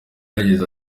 yagize